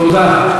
תודה.